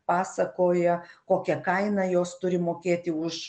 pasakoja kokią kainą jos turi mokėti už